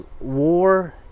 war